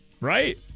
Right